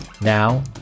Now